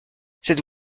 cette